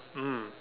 mm